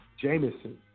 Jameson